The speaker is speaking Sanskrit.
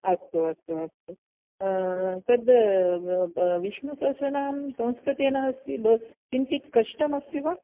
अस्तु अस्तु अस्तु अस्तु तद् विष्णुसहस्रनाम संस्कृतेन अस्ति किञ्चित् कष्टम् अस्ति वा